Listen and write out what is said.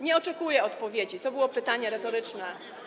Nie oczekuję odpowiedzi, to było pytanie retoryczne.